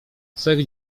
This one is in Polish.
cech